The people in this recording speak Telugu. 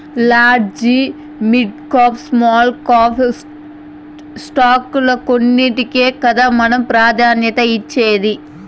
లాడ్జి, మిడికాప్, స్మాల్ కాప్ స్టాకుల్ల కొన్నింటికే కదా మనం ప్రాధాన్యతనిచ్చేది